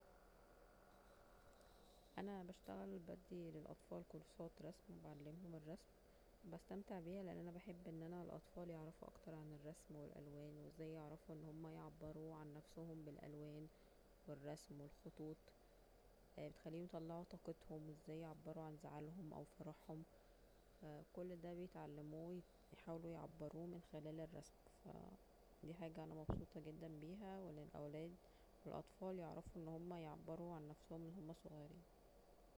أنا بشتغل دلوقتي للاطفال كورسات رسم بعلمهم الرسم يستمتع بيها لان أنا بحب الاطفال ازاي يعرفون اكتر عن الرسم والالوان وازاي يعرفون أن هما يعبرو عن نفسهم بالالوان والرسم والخطوط بتخليهم يطلعو طاقتهم وازاي يعبرو عن زعلهم او فرحهم كل دا بيتعلمو يحاولون يعبروه من خلال الرسم ف دي حاجة أنا مبسوطة جدا بيها وأن الاولاد الاطفال يعرفون يعبرو عن نفسهم من وهما صغيرين